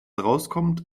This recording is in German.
rauskommt